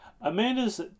Amanda's